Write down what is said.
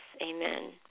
Amen